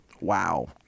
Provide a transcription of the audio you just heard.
Wow